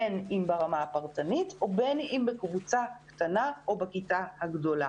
בין אם ברמה הפרטנית ובין אם בקבוצה קטנה או בכיתה הגדולה.